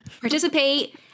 Participate